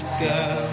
girl